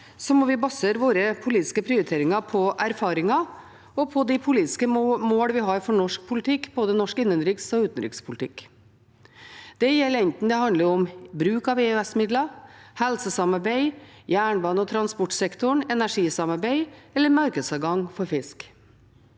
må vi basere våre politiske prioriteringer på erfaringer og på de politiske mål vi har for norsk politikk, både innenriks- og utenrikspolitikk. Det gjelder enten det handler om bruk av EØS-midler, helsesamarbeid, jernbane- og transportsektoren, energisamarbeid eller markedsadgang for fisk.